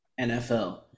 NFL